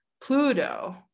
pluto